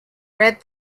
read